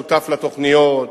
ובכל זאת הוא היה שותף לתוכניות,